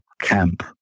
camp